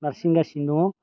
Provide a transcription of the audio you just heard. नारसिनगासिनो दङ